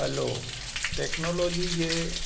हलो technology जे